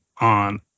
on